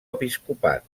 episcopat